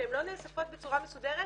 שהן לא נאספות בצורה מסודרת